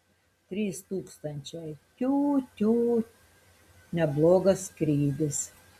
trys tūkstančiai tiū tiū neblogas skrydis